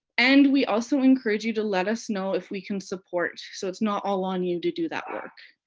and we also encourage you to let us know if we can support, so it's not all on you to do that work.